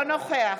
בקלאווה.